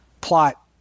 plot